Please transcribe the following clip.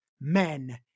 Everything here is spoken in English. men